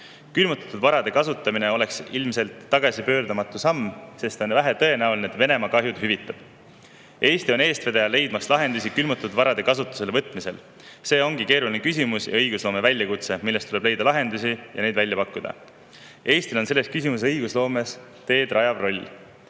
Külmutatud varade kasutamine oleks ilmselt tagasipöördumatu samm, sest on vähetõenäoline, et Venemaa kahjud hüvitab. Eesti on külmutatud varade kasutusele võtmise lahenduste leidmisel eestvedaja. See on keeruline küsimus ja õigusloome väljakutse, millele tuleb leida lahendusi ja neid välja pakkuda. Eestil on selles küsimuses õigusloomes teedrajav roll,